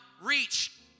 reach